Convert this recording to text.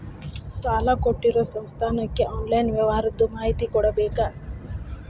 ಸಾಲಾ ಕೊಟ್ಟಿರೋ ಸಂಸ್ಥಾಕ್ಕೆ ಆನ್ಲೈನ್ ವ್ಯವಹಾರದ್ದು ಮಾಹಿತಿ ಕೊಡಬೇಕಾ?